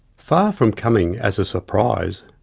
far from coming as a surprise,